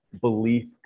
belief